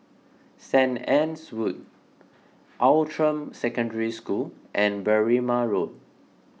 St Anne's Wood Outram Secondary School and Berrima Road